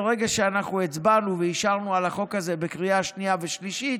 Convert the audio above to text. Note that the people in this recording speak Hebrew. ברגע שהצבענו ואישרנו את החוק הזה בקריאה שנייה ושלישית,